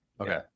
Okay